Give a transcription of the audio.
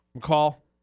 Call